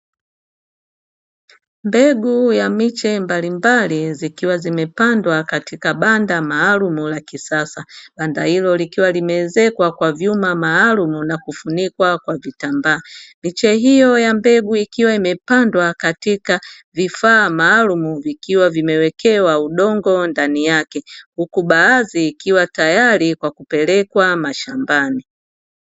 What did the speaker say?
Mbegu ya miche mbalimbali zikiwa zimepandwa katika banda maalumu la kisasa. Banda hilo likiwa limeezekwa kwa vyuma maalumu na kufunikwa kwa vitambaa. Miche hiyo ya mbegu ikiwa imepandwa katika vifaa maalumu vikiwa vimewekewa udongo ndani yake, huku baadhi ikiwa tayari kwa kupelekwa mashambani.